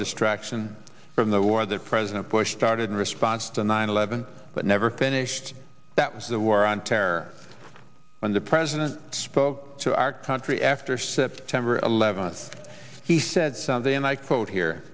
distraction from the war that president bush started in response to nine eleven but never finished that was the war on terror when the president spoke to our country after september eleventh he said something and i quote here